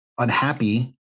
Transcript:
unhappy